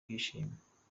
kwishima